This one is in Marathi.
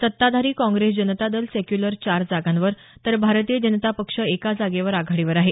सत्ताधारी काँग्रेस जनता दल सेक्युलर चार जागांवर तर भारतीय जनता पक्ष एका जागेवर आघाडीवर आहे